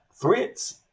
threats